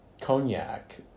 cognac